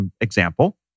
example